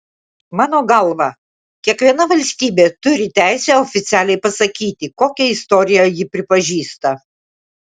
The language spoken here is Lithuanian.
mano galva kiekviena valstybė turi teisę oficialiai pasakyti kokią istoriją ji pripažįsta